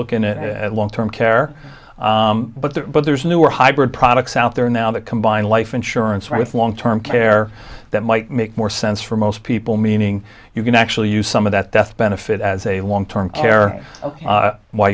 looking at it long term care but there are but there's newer hybrid products out there now that combine life insurance with long term care that might make more sense for most people meaning you can actually use some of that death benefit as a long term care while